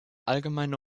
allgemeine